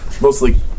Mostly